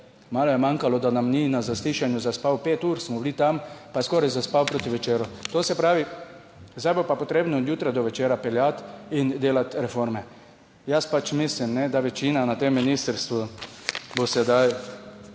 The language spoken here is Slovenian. malo je manjkalo, da nam ni na zaslišanju zaspal, 5 ur smo bili tam, pa je skoraj zaspal proti večeru. To se pravi, zdaj bo pa potrebno od jutra do večera peljati in delati reforme. Jaz mislim, da večina na tem ministrstvu bo sedaj